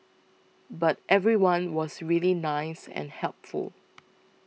but everyone was really nice and helpful